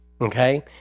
Okay